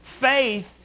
Faith